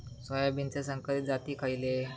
सोयाबीनचे संकरित जाती खयले?